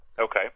Okay